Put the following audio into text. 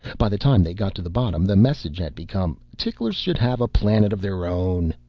by the time they got to the bottom, the message had become, ticklers should have a planet of their own!